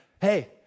Hey